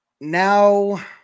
Now